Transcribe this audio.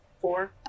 four